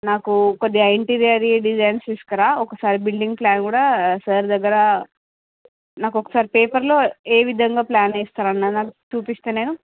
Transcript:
నాకు కొద్దిగా interior design తీసుకురా ఒకసారి బిల్డింగ్ ప్లాన్ కూడా సార్ దగ్గర నాకు ఒకసారి పేపర్లో ఏ వింధంగా ప్లాన్ వేస్తారు అన్నది నాకు చూపిస్తే నేను